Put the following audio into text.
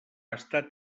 estat